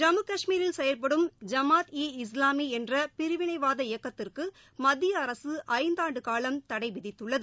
ஜம்மு காஷ்மீரில் செயல்படும் ஜமாத் ஈ இஸ்லாமி என்ற பிரிவினைவாத இயக்கத்திற்கு மத்திய அரசு ஐந்தாண்டு காலம் தடை விதித்துள்ளது